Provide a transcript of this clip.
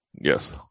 Yes